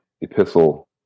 epistle